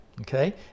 okay